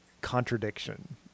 contradiction